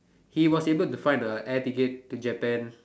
he was able to find a air ticket to Japan